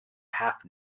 half